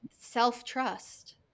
Self-trust